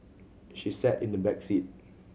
she sat in the back seat